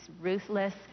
ruthless